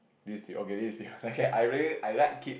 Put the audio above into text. this thing okay this is thing okay I really like kid